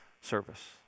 service